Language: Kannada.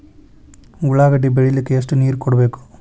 ಉಳ್ಳಾಗಡ್ಡಿ ಬೆಳಿಲಿಕ್ಕೆ ಎಷ್ಟು ನೇರ ಕೊಡಬೇಕು?